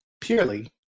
purely